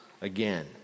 again